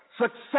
success